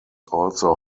also